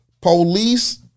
police